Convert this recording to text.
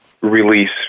release